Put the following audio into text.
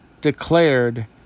declared